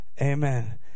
Amen